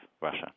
Russia